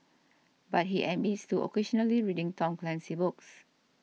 but he admits to occasionally reading Tom Clancy books